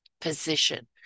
position